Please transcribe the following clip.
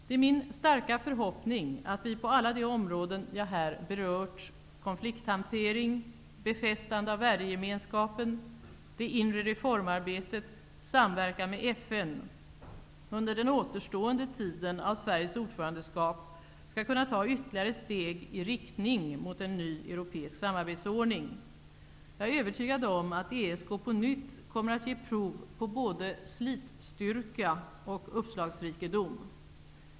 Det är min starka förhoppning att vi på alla de områden jag här berört -- konflikthantering, befästande av värdegemenskapen, det inre reformarbetet, samverkan med FN -- under den återstående tiden av Sveriges ordförandeskap skall kunna ta ytterligare steg i riktning mot en ny europeisk samarbetsordning. Jag är övertygad om att ESK på nytt kommer att ge prov på både slitstyrka och uppslagsrikedom.